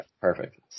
Perfect